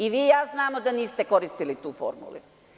I vi i ja znamo da niste koristili tu formulu.